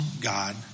God